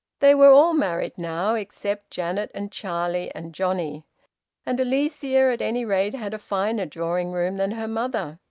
they were all married now, except janet and charlie and johnnie and alicia at any rate had a finer drawing-room than her mother.